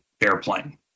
Airplane